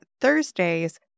Thursdays